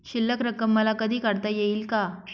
शिल्लक रक्कम मला कधी काढता येईल का?